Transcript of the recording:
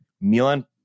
Milan